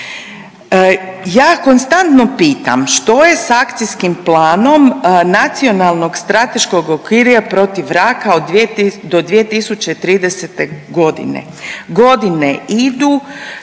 Ja konstantno pitam što je s akcijskim planom nacionalnog strateškog okvira protiv raka od, do 2030. g.? Godine